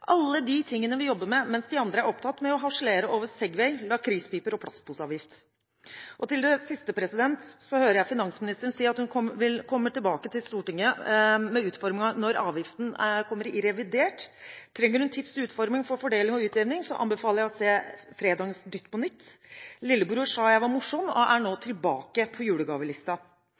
alle de tingene vi jobber med mens de andre er opptatt med å harselere over Segway, lakrispiper og plastposeavgift. Til det siste: Jeg hører finansministeren si at hun vil komme tilbake til Stortinget med utformingen av avgiften i revidert nasjonalbudsjett. Trenger hun tips om utforming for fordeling og utjevning, anbefaler jeg henne å se fredagens «Nytt på nytt». Lillebror sa at jeg var morsom, og er nå tilbake på